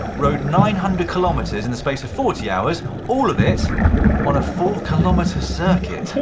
rode nine hundred kilometers in the space of forty hours all of it on a four kilometer circuit.